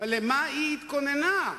למה היא התכוננה?